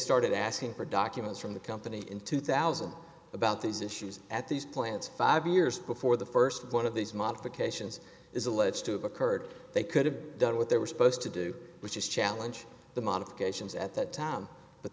started asking for documents from the company in two thousand about these issues at these plants five years before the first one of these modifications is alleged to have occurred they could have done what they were supposed to do which is challenge the modifications at that time but